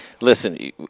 Listen